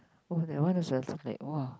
oh that is a like !wah!